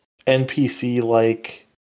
NPC-like